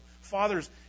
Fathers